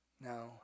no